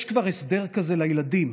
יש כבר הסדר כזה לילדים,